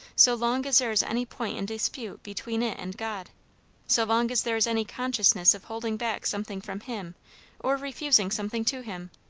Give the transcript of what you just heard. so long as there is any point in dispute between it and god so long as there is any consciousness of holding back something from him or refusing something to him.